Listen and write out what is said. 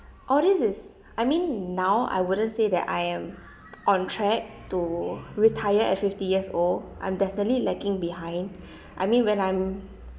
all this is I mean now I wouldn't say that I am on track to retire at fifty years old I'm definitely lagging behind I mean when I'm